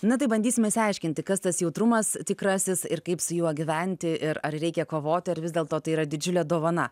na tai bandysime išsiaiškinti kas tas jautrumas tikrasis ir kaip su juo gyventi ir ar reikia kovoti ar vis dėlto tai yra didžiulė dovana